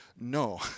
No